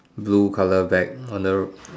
blue colour bag on the